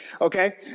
Okay